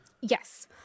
yes